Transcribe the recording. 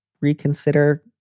reconsider